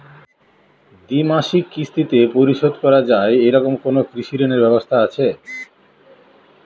দ্বিমাসিক কিস্তিতে পরিশোধ করা য়ায় এরকম কোনো কৃষি ঋণের ব্যবস্থা আছে?